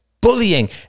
bullying